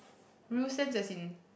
real sense as in